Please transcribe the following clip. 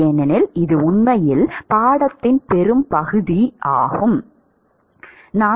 ஏனெனில் இது உண்மையில் பாடத்தின் பெரும்பகுதி இந்த தலைப்பில் உள்ளது